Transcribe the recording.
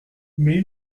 mais